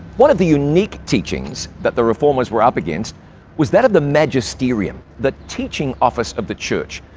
one of the unique teachings that the reformers were up against was that of the magisterium, the teaching office of the church,